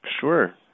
Sure